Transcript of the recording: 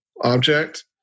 object